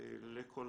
לכל